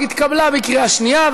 התקבלה בקריאה שנייה,